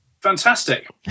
Fantastic